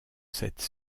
cette